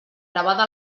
gravada